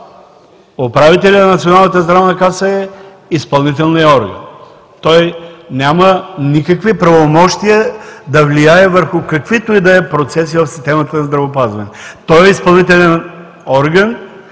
управителят на Националната здравна каса е изпълнителният орган. Той няма никакви правомощия да влияе върху каквито и да е процеси в системата на здравеопазването. Той е изпълнителен орган